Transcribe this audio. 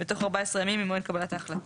בתוך 14 ימים ממועד קבלת ההחלטה.